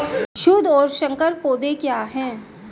शुद्ध और संकर पौधे क्या हैं?